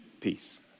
peace